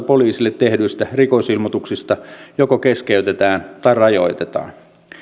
poliisille tehdyistä rikosilmoituksista suuren osan osalta tutkinta joko keskeytetään tai sitä rajoitetaan